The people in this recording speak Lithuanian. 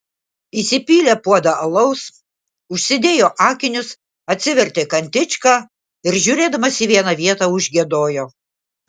įsipylė puodą alaus užsidėjo akinius atsivertė kantičką ir žiūrėdamas į vieną vietą užgiedojo